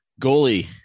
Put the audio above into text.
Goalie